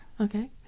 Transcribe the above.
Okay